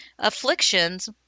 Afflictions